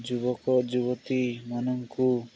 ଯୁବକ ଯୁବତୀମାନଙ୍କୁ